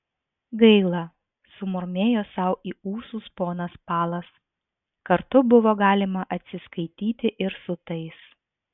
gaila sumurmėjo sau į ūsus ponas palas kartu buvo galima atsiskaityti ir su tais